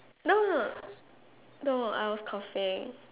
no no no I was coughing